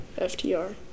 FTR